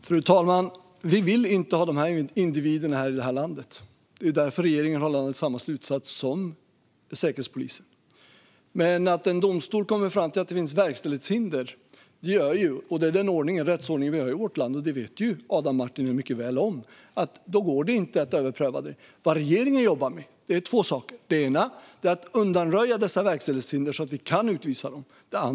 Fru talman! Vi vill inte ha dessa individer här i landet. Det är därför regeringen har landat i samma slutsats som Säkerhetspolisen. Men att en domstol kommer fram till att det finns verkställighetshinder gör att det inte går att överpröva det. Det är den rättsordning vi har i vårt land, vilket Adam Marttinen mycket väl vet. Regeringen jobbar med två saker. Det ena är att undanröja dessa verkställighetshinder så att vi kan utvisa dessa personer.